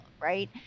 right